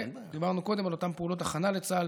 דיברנו קודם על אותן פעולות הכנה לצה"ל